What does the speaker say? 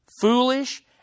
foolish